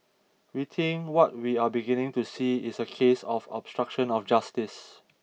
I think what we are beginning to see is a case of obstruction of justice